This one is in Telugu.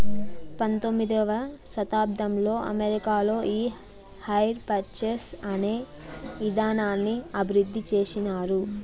పంతొమ్మిదవ శతాబ్దంలో అమెరికాలో ఈ హైర్ పర్చేస్ అనే ఇదానాన్ని అభివృద్ధి చేసినారు